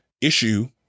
issue